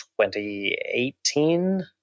2018